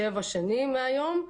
שבע שנים מהיום.